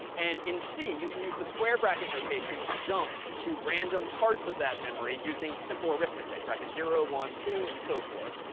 and in c you can use the square bracket notation to jump to random parts of that memory using simple arithmetic, bracket zero, one, two, and so forth.